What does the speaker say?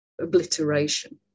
obliteration